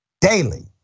daily